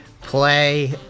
play